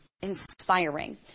inspiring